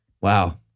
Wow